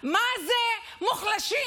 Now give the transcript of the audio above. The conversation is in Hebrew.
מה זה מוחלשים.